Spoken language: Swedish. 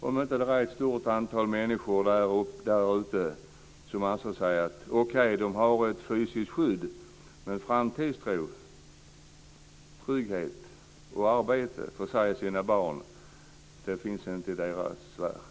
Jag tror att det finns ett stort antal människor där ute som säger att de har ett fysiskt skydd, men framtidstro, trygghet och arbete för sig och sina barn finns inte i deras värld.